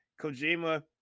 kojima